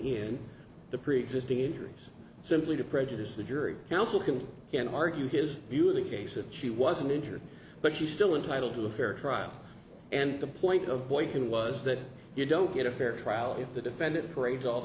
in the preexisting injuries simply to prejudice the jury counsel can can argue his view of the case that she wasn't injured but she still entitle to a fair trial and the point of boy can was that you don't get a fair trial if the defendant